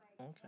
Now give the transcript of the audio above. Okay